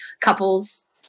couples